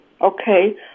Okay